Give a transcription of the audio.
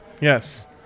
Yes